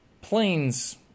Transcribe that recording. Planes